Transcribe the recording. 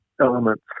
elements